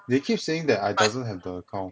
they keep saying that I doesn't have the account